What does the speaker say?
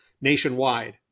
nationwide